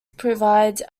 provide